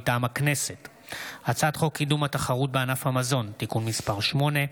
מטעם הכנסת: הצעת חוק קידום התחרות בענף המזון (תיקון מס' 8)